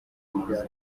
bahanuzi